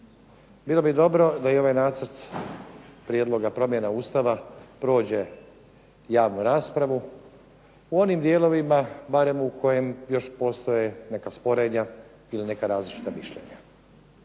Bilo bi dobro da i ovaj Nacrt prijedloga promjena Ustava prođe javnu raspravu u onim dijelovima barem u kojim još postoje neka sporenja ili neka različita mišljenja.